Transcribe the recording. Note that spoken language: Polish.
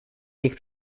nich